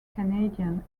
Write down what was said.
canadian